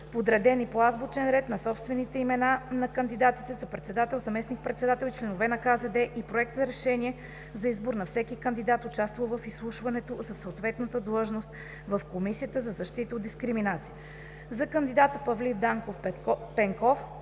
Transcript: подредени по азбучен ред на собствените имена на кандидатите за председател, заместник-председател и членове на КЗД и проект на решение за избор на всеки кандидат, участвал в изслушването за съответната длъжност в Комисията за защита от дискриминация. За кандидата Павлин Данков Пенков,